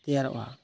ᱛᱮᱭᱟᱨᱚᱜᱼᱟ